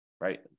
right